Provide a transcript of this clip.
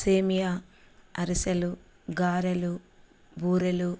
సేమియా అరిసెలు గారెలు బూరెలు